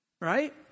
Right